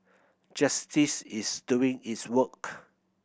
justice is doing its work